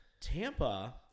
Tampa